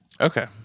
Okay